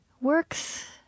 Works